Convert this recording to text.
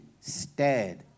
stared